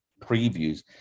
previews